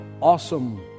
awesome